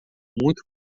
muito